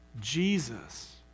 Jesus